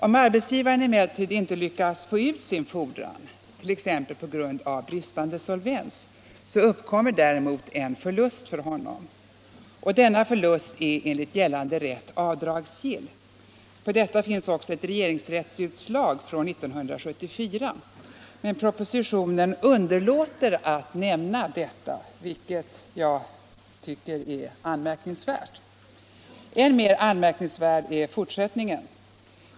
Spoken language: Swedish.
Om arbetsgivaren emellertid inte lyckas få ut sin fordran — t.ex. på grund av bristande solvens — uppkommer däremot en förlust för honom. Denna är enligt gällande rätt avdragsgill. På detta finns också ett regeringsrättsutslag från 1974. Men propositionen underlåter att nämna det, vilket jag tycker är anmärkningsvärt. Än mer anmärkningsvärd är fortsättningen.